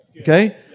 Okay